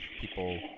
people